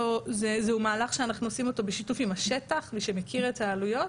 זה מהלך שאנחנו עושים אותו בשיתוף עם השטח שמכיר את העלויות,